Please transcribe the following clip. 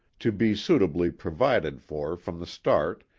to be suitably pro vided for from the start,